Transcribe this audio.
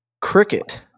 Cricket